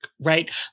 Right